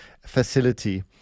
facility